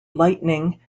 lightning